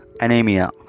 anemia